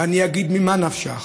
ואני אגיד: ממה נפשך,